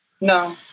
no